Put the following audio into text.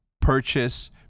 purchase